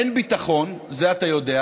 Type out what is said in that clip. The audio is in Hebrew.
אין ביטחון, זה אתה יודע.